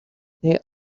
they